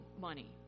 money